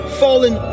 fallen